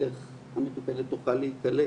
איך המטופלת תוכל להיקלט